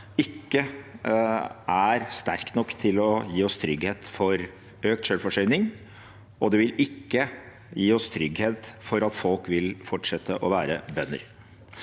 ikke gir oss nok trygghet for økt selvforsyning, og det vil ikke gi oss trygghet for at folk vil fortsette å være bønder.